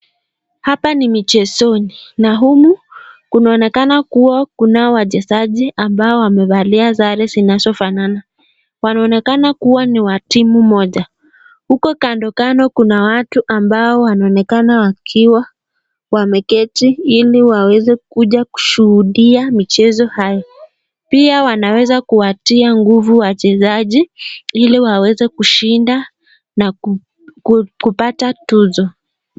Hapa ni michezoni na humu kunaonekana kuwa, kunao wachezaji ambao wamevalia sare zinazofanana, wanaonekana kuwa ni wa timu moja, huko kando kando kuna watu ambao wanaonekana wakiwa wameketi ili waweze kuja kushuhudia michezo haya, pia wanaweza kuwatia nguvu wachezaji ili waweze kushida na kupata tuzo.